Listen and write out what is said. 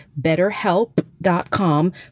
betterhelp.com